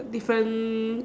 different